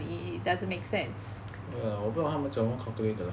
我不懂他们怎么样 calculate 的 lah